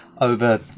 over